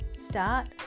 start